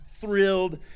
thrilled